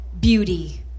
Beauty